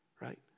Right